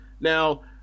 Now